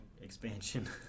expansion